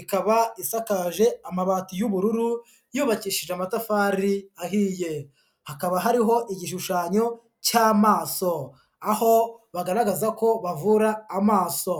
Ikaba isakaje amabati y'ubururu, yubakishije amatafari ahiye. Hakaba hariho igishushanyo cy'amaso. Aho bagaragaza ko bavura amaso.